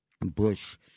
Bush